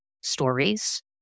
stories